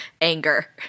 anger